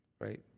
right